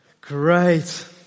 Great